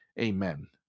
Amen